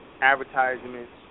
advertisements